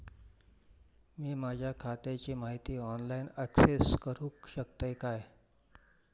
मी माझ्या खात्याची माहिती ऑनलाईन अक्सेस करूक शकतय काय?